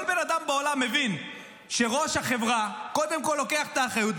כל בן אדם בעולם מבין שראש החברה קודם כול לוקח את האחריות,